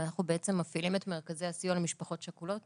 אנחנו מפעילים את מרכזי הסיוע למשפחות שכולות